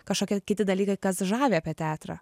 kažkokie kiti dalykai kas žavi apie teatrą